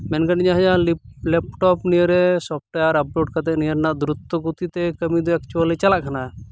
ᱢᱮᱱᱠᱷᱟᱱ ᱱᱤᱭᱟᱹ ᱡᱟᱦᱟᱸ ᱞᱮᱯᱴᱚᱯ ᱱᱤᱭᱟᱹ ᱨᱮ ᱥᱚᱯᱴᱚᱣᱮᱨ ᱟᱯᱞᱳᱰ ᱠᱟᱛᱮ ᱱᱤᱭᱟᱹ ᱨᱮᱱᱟᱜ ᱫᱩᱨᱚᱛᱛᱚ ᱜᱚᱛᱤ ᱛᱮ ᱠᱟᱹᱢᱤ ᱫᱚ ᱮᱠᱪᱩᱭᱮᱞᱤ ᱪᱟᱞᱟᱜ ᱠᱟᱱᱟ